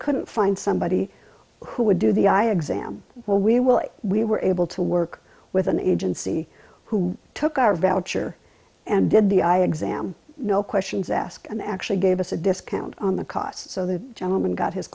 couldn't find somebody who would do the eye exam well we will we were able to work with an agency who took our valves are and did the eye exam no questions asked and actually gave us a discount on the cost so the gentleman got his